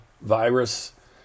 virus